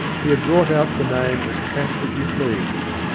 he had brought out the name as pat as you please.